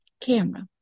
camera